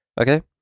Okay